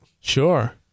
Sure